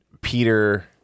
Peter